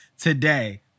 today